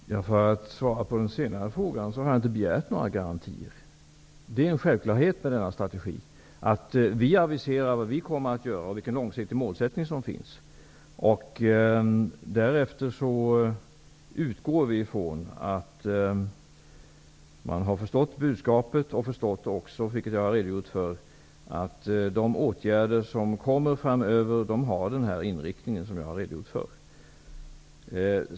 Fru talman! För att svara på den senare frågan kan jag säga att jag inte har begärt några garantier. Det är en självklarhet i denna strategi att regeringen aviserar vad den kommer att göra och vilken långsiktig målsättning som finns. Därefter utgår regeringen ifrån att aktörerna har förstått budskapet och att de har förstått att de åtgärder som kommer framöver har den inriktning som jag har redogjort för.